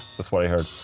that's what i heard.